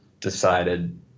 decided